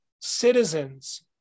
citizens